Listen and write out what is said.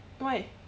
why